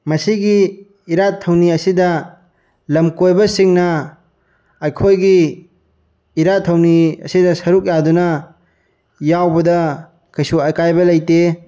ꯃꯁꯤꯒꯤ ꯏꯔꯥꯠ ꯊꯧꯅꯤ ꯑꯁꯤꯗ ꯂꯝꯀꯣꯏꯕꯁꯤꯡꯅ ꯑꯩꯈꯣꯏꯒꯤ ꯏꯔꯥꯠ ꯊꯧꯅꯤ ꯑꯁꯤꯗ ꯁꯔꯨꯛ ꯌꯥꯗꯨꯅ ꯌꯥꯎꯕꯗ ꯀꯩꯁꯨ ꯑꯀꯥꯏꯕ ꯂꯩꯇꯦ